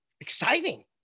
exciting